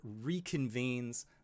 reconvenes